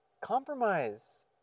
compromise